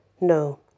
No